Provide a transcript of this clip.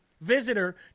visitor